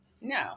No